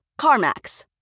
CarMax